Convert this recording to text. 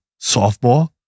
softball